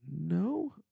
No